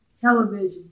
television